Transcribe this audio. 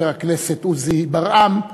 חבר הכנסת עוזי ברעם,